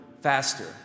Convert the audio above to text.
faster